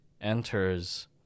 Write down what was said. enters